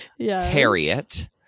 harriet